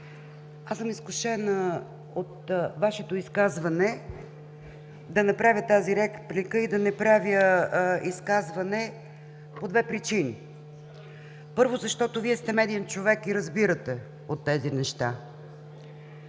изкушена съм от Вашето изказване да направя тази реплика и да не правя изказване по две причини. Първо, защото Вие сте медиен човек и разбирате от тези неща.